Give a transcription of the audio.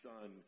Son